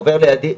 עובר לידי,